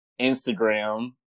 Instagram